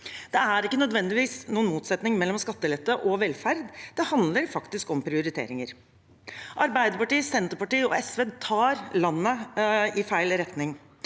Det er ikke nødvendigvis noen motsetning mellom skattelette og velferd. Det handler faktisk om prioriteringer. Arbeiderpartiet, Senterpartiet og SV tar landet i feil retning.